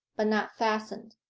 but not fastened.